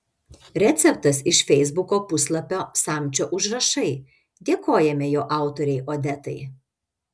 receptas iš feisbuko puslapio samčio užrašai dėkojame jo autorei odetai